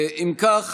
אם כך,